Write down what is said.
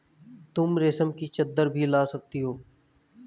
तुम रेशम की चद्दर भी ला सकती हो